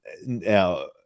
now